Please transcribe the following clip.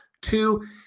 two